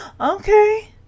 Okay